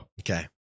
okay